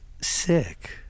Sick